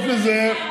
חוץ מזה.